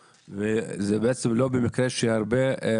זה נושא מאוד חשוב לכולנו ולא במקרה שמספר